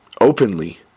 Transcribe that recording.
openly